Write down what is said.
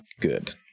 good